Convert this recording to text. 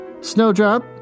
Snowdrop